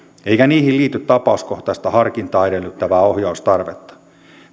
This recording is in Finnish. eikä niihin liity tapauskohtaista harkintaa edellyttävää ohjaustarvetta